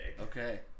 Okay